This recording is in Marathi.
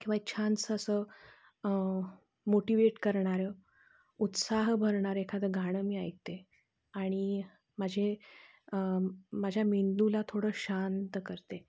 किंवा छानसं असं मोटिवेट करणारं उत्साह भरणारं एखादं गाणं मी ऐकते आणि माझे माझ्या मेंदूला थोडं शांत करते